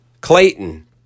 Clayton